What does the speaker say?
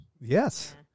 Yes